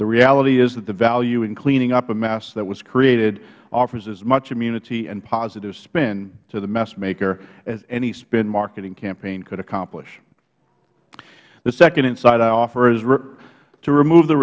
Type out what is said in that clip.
the reality is that the value in cleaning up a mess that was created offers as much immunity and positive spin to the mess maker as any spin marketing campaign could accomplish the second insight i offer is to remove the